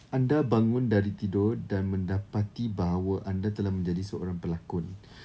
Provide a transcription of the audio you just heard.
anda bangun dari tidur dan mendapati bahawa anda telah menjadi seorang pelakon